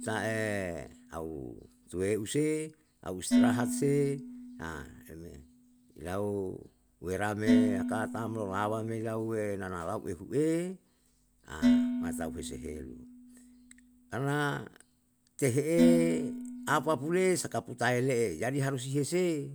Ta'e au tuweu se, au istirahat se, re me. Ilau wera me haka tam lawa ilauwe nanalau ehu'e, matau hesehel, karna tehe'e apaule saka putae le'e jadi harus ihese,